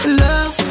love